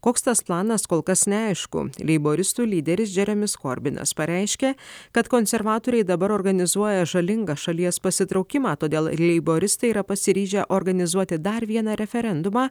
koks tas planas kol kas neaišku leiboristų lyderis džeremis korbinas pareiškė kad konservatoriai dabar organizuoja žalingą šalies pasitraukimą todėl leiboristai yra pasiryžę organizuoti dar vieną referendumą